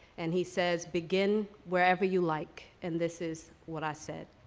and he says, begin wherever you like. and this is what i said.